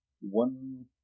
one